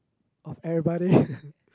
of everybody